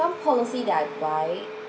some policy that I buy